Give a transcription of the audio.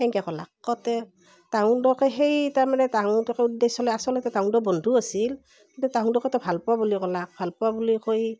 তেনেকে ক'লাক কওতে তাহুন দুয়োকে সেই তাৰমানে তাহুন দুয়োকে উদেশ্য লৈ আচলতে তাহুন দুয়ো বন্ধু আছিল কিন্তু তাহুন দুয়োকে ত' ভালপোৱা বুলি ক'লাক ভালপোৱা বুলি কৈ